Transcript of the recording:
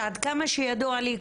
שעד כמה שידוע לי,